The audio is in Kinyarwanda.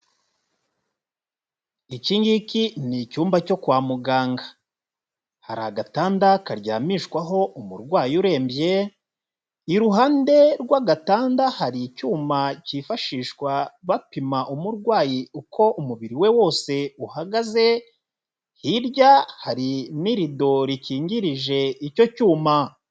Iki ngiki ni icyumba cyo kwa muganga. Hari agatanda karyamishwaho umurwayi urembye, iruhande rw'agatanda hari icyuma cyifashishwa bapima umurwayi uko umubiri we wose uhagaze, hirya hari n'irido rikingirije icyo cyuma.